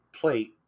plate